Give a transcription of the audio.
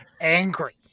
angry